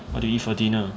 what did you eat for dinner